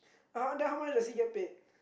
uh then how much does he get paid